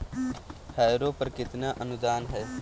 Harrow पर कितना अनुदान है?